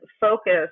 focus